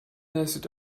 leistet